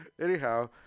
Anyhow